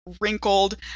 wrinkled